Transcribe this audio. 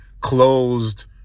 closed